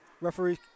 Referee